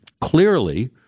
clearly